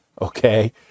Okay